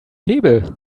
hebel